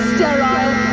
Sterile